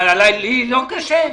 לי לא קשה?